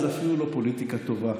זו אפילו לא פוליטיקה טובה.